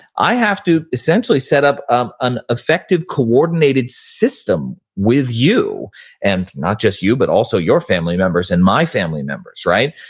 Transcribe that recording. i have to essentially set up up an effective coordinated system with you and not just you, but also your family members and my family members. right?